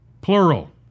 Plural